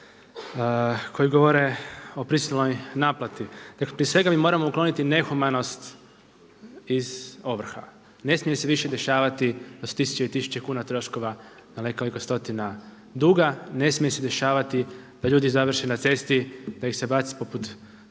koji govore o prisilnoj naplati. Dakle, prije svega mi moramo ukloniti nehumanost iz ovrha. Ne smije se više dešavati da su tisuće i tisuće kuna troškova na nekoliko stotina duga, ne smije se dešavati da ljudi završe na cesti da ih se baci poput